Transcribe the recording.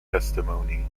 testimony